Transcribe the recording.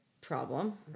problem